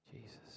Jesus